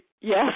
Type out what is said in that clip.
Yes